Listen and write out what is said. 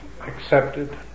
accepted